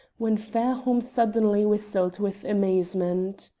when fairholme suddenly whistled with amazement.